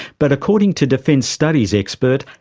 but according to defence studies expert,